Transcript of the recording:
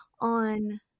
on